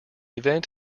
event